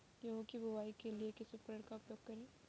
गेहूँ की बुवाई के लिए किस उपकरण का उपयोग करें?